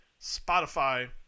Spotify